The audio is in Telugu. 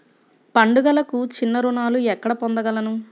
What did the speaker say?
పండుగలకు చిన్న రుణాలు ఎక్కడ పొందగలను?